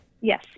Yes